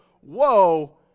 whoa